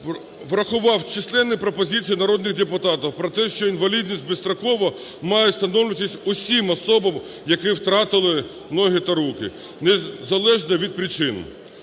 врахував численні пропозиції народних депутатів про те, що інвалідність безстроково має встановлюватись усім особам, які втратили ноги та руки, незалежно від причин.